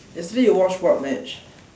yesterday you watch what match